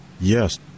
Yes